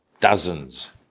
dozens